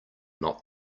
not